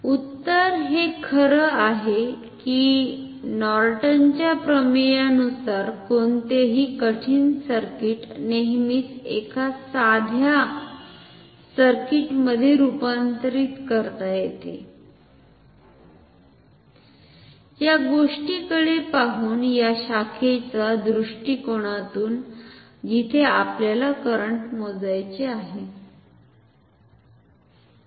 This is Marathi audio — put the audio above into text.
उत्तर हे खरं आहे की नॉर्टनच्या प्रमेयानुसारNorton's theorem कोणतेही कठिण सर्किट नेहमीच एका साध्या सर्किटमध्ये रपांतरित करता येते या गोष्टिकडे पाहुन या शाखेच्या दृष्टीकोनातून जिथे आपल्याला करंट मोजायचे आहे